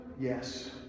Yes